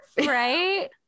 right